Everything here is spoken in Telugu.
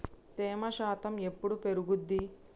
తేమ శాతం ఎప్పుడు పెరుగుద్ది?